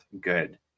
good